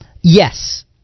Yes